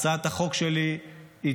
הצעת החוק שלי תקודם.